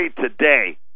Today